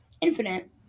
Infinite